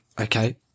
okay